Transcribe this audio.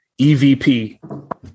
EVP